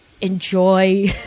enjoy